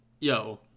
yo